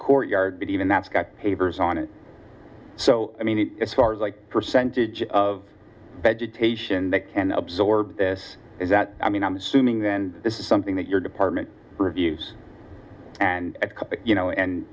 courtyard but even that's got papers on it so i mean as far as like percentage of vegetation that can absorb this is that i mean i'm assuming then this is something that your department reviews and you know